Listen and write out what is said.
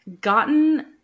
gotten